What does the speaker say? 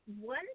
one